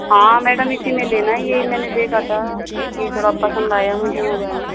हाँ मैडम इसी में लेना है यही मैंने देखा था ये थोड़ा पसंद आया मुझे मोबाइल